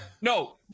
No